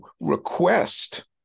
request